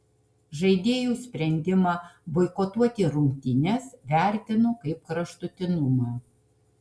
žaidėjų sprendimą boikotuoti rungtynes vertinu kaip kraštutinumą